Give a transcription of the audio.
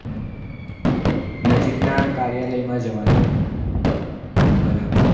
હં નજીકના કાર્યાલયમાં જવાનું એમ બરાબર